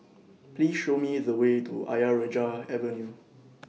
Please Show Me The Way to Ayer Rajah Avenue